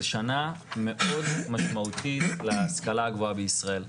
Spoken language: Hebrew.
זה שנה מאוד משמעותית להשכלה הגבוהה בישראל.